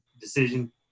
decision